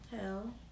hell